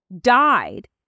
died